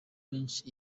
french